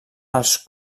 els